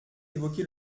évoqué